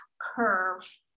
curve